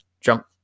jump